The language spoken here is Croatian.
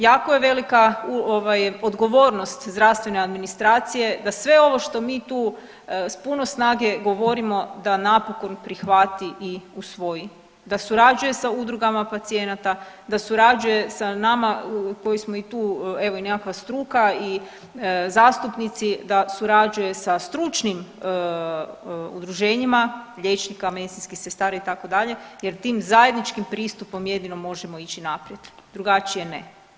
Jako je velika odgovornost zdravstvene administracije da sve ovo što mi tu s puno snage govorimo da napokon prihvati i usvoji, da surađuje sa udrugama pacijenata, da surađuje sa nama koji smo i tu evo i nekakva struka i zastupnici da surađuje sa stručnim udruženjima liječnika, medicinskih sestara itd. jer tim zajedničkim pristupom jedino možemo ići naprijed drugačije ne.